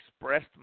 expressed